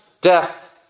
death